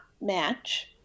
match